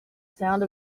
sound